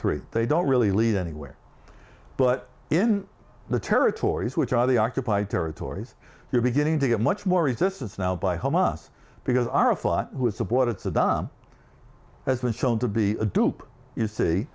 three they don't really lead anywhere but in the territories which are the occupied territories you're beginning to get much more resistance now by home us because arafat's supported saddam has been shown to be a dupe you see